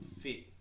fit